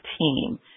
team